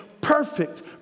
perfect